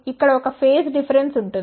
ఇక్కడ ఒక phase difference ఉంటుంది